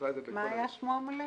הוא עשה את זה --- מה היה שמו המלא?